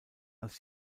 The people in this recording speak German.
als